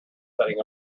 setting